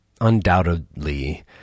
Undoubtedly